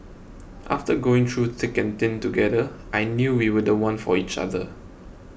after going through thick and thin together I knew we were the one for each other